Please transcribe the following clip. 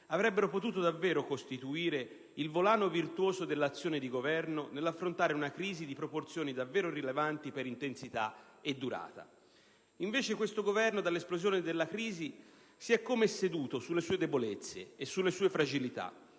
avrebbero potuto davvero costituire il volano virtuoso dell'azione di Governo nell'affrontare una crisi di proporzioni davvero rilevanti per intensità e durata. Invece questo Governo, dall'esplosione della crisi, si è come seduto sulle sue debolezze e sulle sue fragilità,